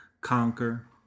conquer